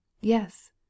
Yes